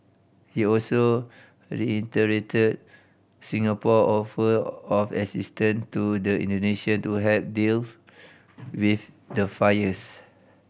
he also reiterated Singapore offer of assistant to the Indonesian to help deals with the fires